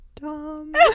dumb